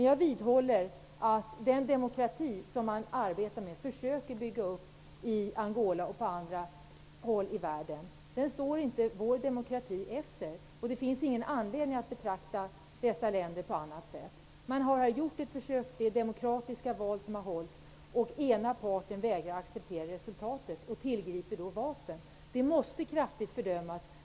Jag vidhåller att den demokrati som man arbetar med att försöka bygga upp i Angola och på andra håll i världen inte står vår demokrati efter. Det finns ingen anledning att betrakta dessa länder på annat sätt. Man har gjort ett försök här. Man har hållit demokratiska val. Den ena parten vägrar att acceptera resultatet och tillgriper vapen. Det måste kraftigt fördömas.